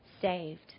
saved